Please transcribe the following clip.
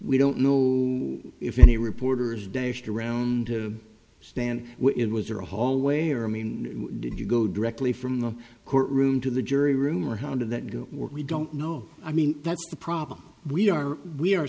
we don't know if any reporters dazed around stand in was there a hallway or i mean did you go directly from the courtroom to the jury room or how did that go we don't know i mean that's the problem we are we are